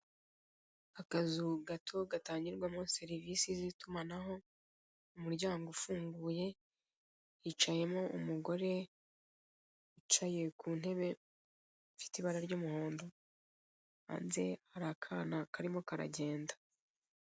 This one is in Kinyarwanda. Akazu gato gatangirwamo serivisi z'itumanaho umuryango ufunguye hicayemo umugore wicaye ku ntebe ifite ibara ry'umuhondo, hanze hari akana karimo karagenda.